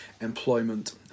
employment